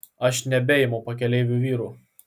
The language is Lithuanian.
aš nebeimu pakeleivių vyrų